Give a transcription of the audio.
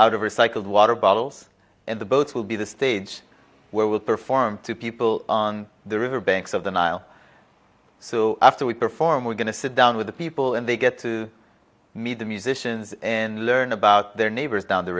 out of recycled water bottles and the boats will be the stage where will perform to people on the river banks of the nile so after we perform we're going to sit down with the people and they get to meet the musicians and learn about their neighbors down the